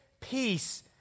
peace